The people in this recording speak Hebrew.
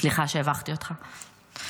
סליחה שהבכתי אותך.